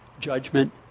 judgment